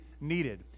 needed